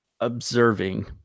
observing